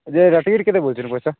ଯେ ରାତି କି କେତେ ବୋଲୁଛନ୍ ପଇସା